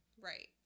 right